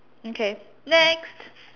okay next